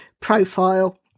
profile